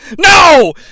No